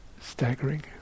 staggering